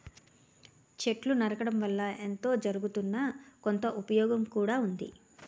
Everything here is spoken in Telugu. చెట్లు నరకడం వల్ల ఎంతో జరగుతున్నా, కొంత ఉపయోగం కూడా ఉంది